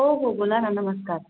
हो हो बोला ना नमस्कार